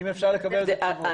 אם אפשר לקבל על זה תשובות.